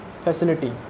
facility